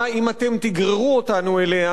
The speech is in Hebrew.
אם אתם תגררו אותנו אליה,